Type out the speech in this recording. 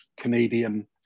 Canadian